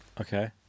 Okay